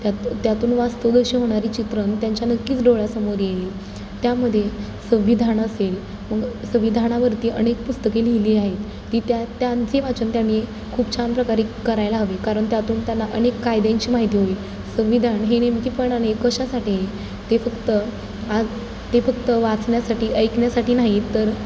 त्यात त्यातून वाचतो तशी होणारी चित्रं त्यांच्या नक्कीच डोळ्यासमोर येईल त्यामध्ये संविधान असेल मग संविधानावरती अनेक पुस्तके लिहिली आहेत ती त्या त्यांचे वाचन त्यांनी खूप छान प्रकारे करायला हवे कारण त्यातून त्यांना अनेक कायद्यांची माहिती होईल संविधान हे नेमकेपणाने कशासाठी ते फक्त आज ते फक्त वाचण्यासाठी ऐकण्यासाठी नाहीत तर